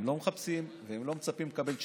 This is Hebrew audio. הם לא מחפשים והם לא מצפים לקבל תשובה.